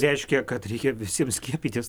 reiškia kad reikia visiem skiepytis